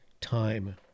time